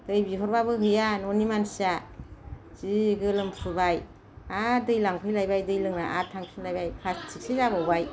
दै बिहरबाबो हैया न'नि मानसिया जि गोलोमफ्रुबाय आरो दै लांफैलायबाय दै लोंना आरो थांफिनलायबाय प्लासथिखसे जाबावबाय